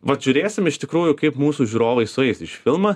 vat žiūrėsim iš tikrųjų kaip mūsų žiūrovai sueis į šį filmą